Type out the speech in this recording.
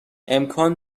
امکان